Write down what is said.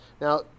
Now